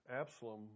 Absalom